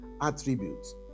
attributes